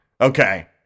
Okay